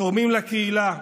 תורמים לקהילה,